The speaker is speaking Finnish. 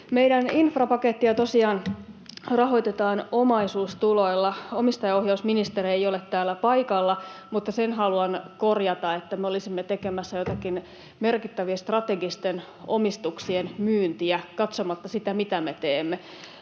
Meidän infrapakettia tosiaan rahoitetaan omaisuustuloilla. Omistajaohjausministeri ei ole täällä paikalla, mutta sen haluan korjata, että me olisimme tekemässä jotakin merkittävää strategisten omistuksien myyntiä katsomatta sitä, mitä me teemme.